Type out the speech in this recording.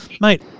mate